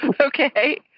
okay